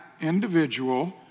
individual